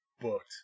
booked